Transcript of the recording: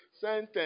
sentence